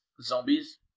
zombies